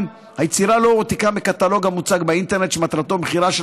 2. היצירה לא הועתקה מקטלוג המוצג באינטרנט שמטרתו מכירה של